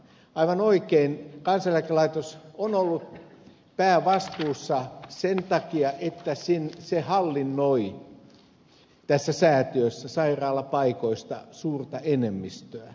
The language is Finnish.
aivan oikein kansaneläkelaitos on ollut päävastuussa sen takia että se hallinnoi tässä säätiössä sairaalapaikoista suurta enemmistöä